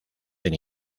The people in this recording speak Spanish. del